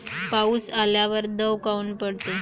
पाऊस आल्यावर दव काऊन पडते?